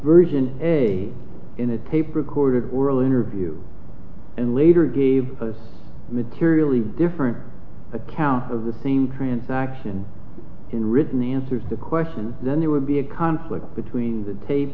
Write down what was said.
version a in a tape recorder girl interview and later gave us materially different accounts of the same transaction in written answers the question then there would be a conflict between the tape